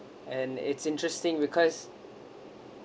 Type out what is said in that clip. and it's interesting because